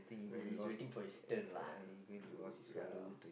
where he's waiting for his turn lah too ya